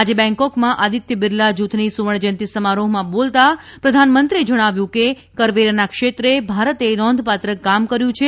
આજે બેંગકોકમાં આદિત્ય બિરલા જૂથની સુવર્ણજયંતિ સમારોહમાં બોલતાં પ્રધાનમંત્રીએ જણાવ્યું હતું કે કરવેરાના ક્ષેત્રે ભારતે નોંધપાત્ર કામ કર્યું છે